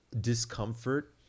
discomfort